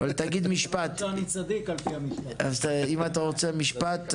אז אם אתה רוצה משפט.